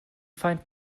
feind